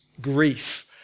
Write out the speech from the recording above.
grief